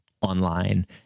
online